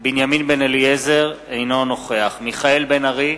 בנימין בן-אליעזר, אינו נוכח מיכאל בן-ארי,